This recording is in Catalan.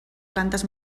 plantes